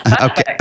Okay